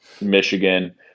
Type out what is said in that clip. Michigan